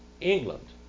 England